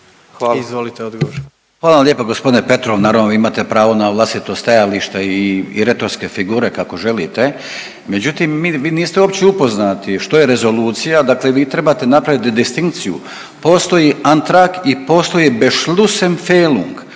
Hvala vam lijepa g. Petrov. Naravno vi imate pravo na vlastito stajalište i retorske figure kako želite, međutim vi niste uopće upoznati što je rezolucija, dakle vi trebate napraviti destinkciju, postoji Antrag i postoji Beschlussempfelung,